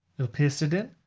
we'll paste it in.